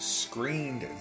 screened